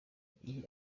iyi